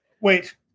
Wait